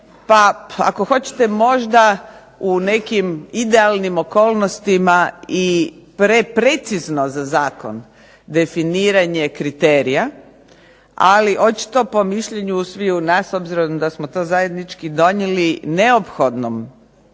ako hoćete možda u nekim idealnim okolnostima i pre precizno za zakon definiranje kriterija, ali očito po mišljenju svih nas, obzirom da smo to zajednički donijeli, neophodnom